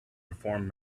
perform